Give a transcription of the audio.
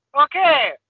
Okay